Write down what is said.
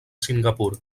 singapur